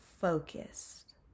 focused